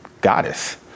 goddess